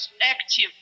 active